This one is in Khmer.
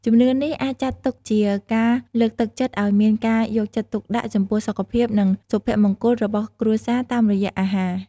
ជំនឿនេះអាចចាត់ទុកជាការលើកទឹកចិត្តឱ្យមានការយកចិត្តទុកដាក់ចំពោះសុខភាព និងសុភមង្គលរបស់គ្រួសារតាមរយៈអាហារ។